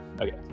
Okay